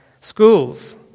schools